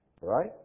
right